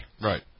Right